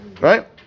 Right